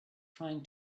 trying